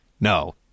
No